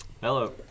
Hello